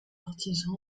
artisans